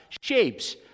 shapes